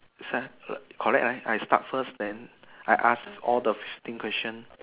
is that correct right I start first then I ask all the thing question